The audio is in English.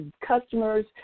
customers